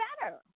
better